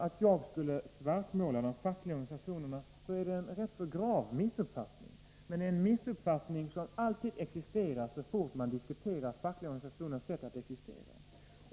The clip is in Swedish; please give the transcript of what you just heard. Att jag skulle svartmåla de fackliga organisationerna är en grav missuppfattning, men en missuppfattning som alltid uppkommer så fort man diskuterar de fackliga organisationernas sätt att existera.